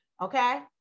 Okay